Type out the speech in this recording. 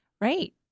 Right